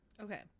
Okay